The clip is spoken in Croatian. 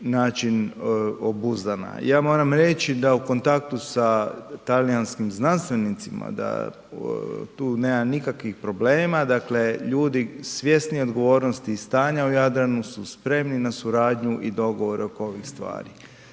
način obuzdana. Ja moram reći da u kontaktu sa talijanskim znanstvenicima da tu nema nikakvih problema, dakle, ljudi svjesni odgovornosti i stanja u Jadranu su spremni na suradnju i dogovor oko ovih stvari,